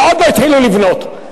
ועוד לא התחילו לבנות.